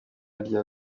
rya